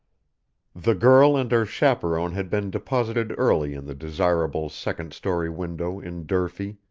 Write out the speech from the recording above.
the girl and her chaperon had been deposited early in the desirable second-story window in durfee,